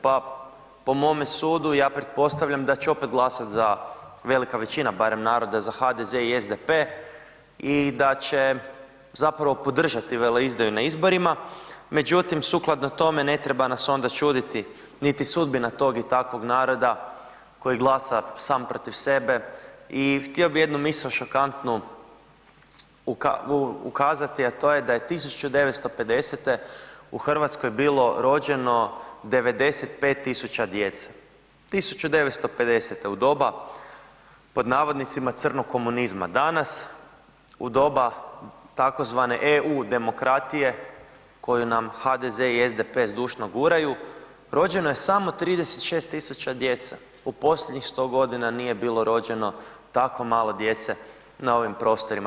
Pa po mome sudu, ja pretpostavljam da će opet glasat za, velika većina barem naroda za HDZ i SDP i da će zapravo podržati veleizdaju na izborima međutim sukladno tome ne treba nas onda čuditi niti sudbina tog i takvog naroda koji glasa sam protiv sebe i htio bi jednu misao šokantnu ukazati, a to je da je 1950. u Hrvatskoj bilo rođeno 95.000 djece, 1950. u doba pod navodnicima crnog komunizma, danas u doba tzv. EU demokratije koju nam HDZ i SDP zdušno guraju rođeno je samo 36.000 djece u posljednjih 100 godina nije bilo rođeno tako malo djece na ovim prostorima.